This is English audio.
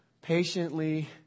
Patiently